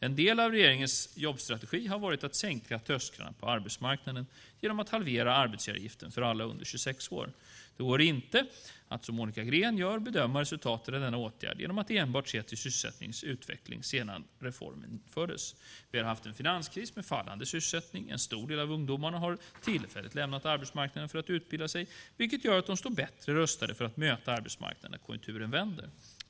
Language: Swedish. En del av regeringens jobbstrategi har varit att sänka trösklarna in på arbetsmarknaden genom att halvera arbetsgivaravgiften för alla under 26 år. Det går inte att, som Monica Green gör, bedöma resultatet av denna åtgärd genom att enbart se till sysselsättningens utveckling sedan reformen infördes. Vi har haft en finanskris med fallande sysselsättning. En stor del av ungdomarna har tillfälligt lämnat arbetsmarknaden för att utbilda sig, vilket gör att de står bättre rustade att möta arbetsmarknaden när konjunkturen vänder.